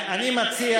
אני מציע